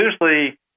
usually